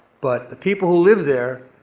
but the people who live there,